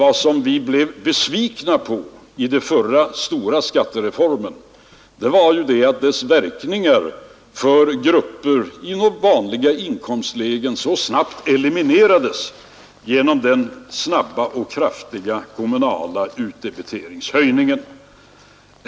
Vad som gjorde oss besvikna i den förra stora skattereformen var att dess verkningar för grupper i vanliga inkomstlägen så snabbt eliminerades genom den omedelbara och kraftiga kommunala utdebiteringshöjningen.